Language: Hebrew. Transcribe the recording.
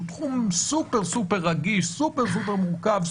שהוא סופר רגיש ומורכב,